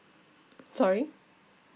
sorry